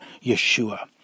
Yeshua